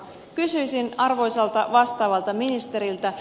kysyisin arvoisalta vastaavalta ministeriltä